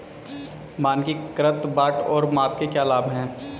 मानकीकृत बाट और माप के क्या लाभ हैं?